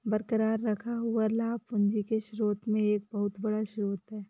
बरकरार रखा हुआ लाभ पूंजी के स्रोत में एक बहुत बड़ा स्रोत है